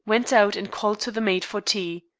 went out, and called to the maid for tea.